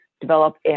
develop